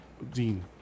Dean